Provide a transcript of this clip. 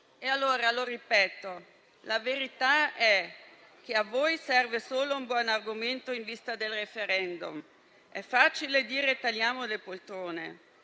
E allora lo ripeto: la verità è che a voi serve solo un buon argomento in vista del *referendum.* È facile dire "tagliamo le poltrone",